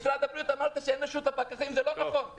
משרד הבריאות אמר שיהיו פקחים אבל זה לא נכון.